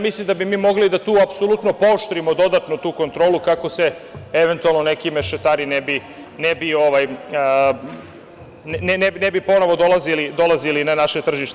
Mislim da bi mi mogli da tu apsolutno pooštrimo dodatnu kontrolu kako se eventualno neki mešetari ne bi ponovo dolazili na naše tržište.